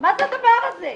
מה זה הדבר הזה?